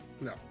no